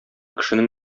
кешенең